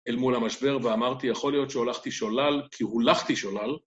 אל מול המשבר ואמרתי יכול להיות שהולכתי שולל כי הולכתי שולל,